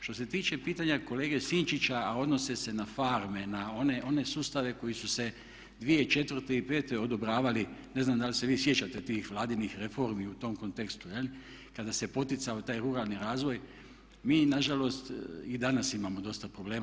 Što se tiče pitanja kolege Sinčića, a odnose se na farme, na one sustave koji su se 2004. i pete odobravali, ne znam da li se vi sjećate tih vladinih reformi u tom kontekstu kada se poticao taj ruralni razvoj, mi na žalost i danas imamo dosta problema.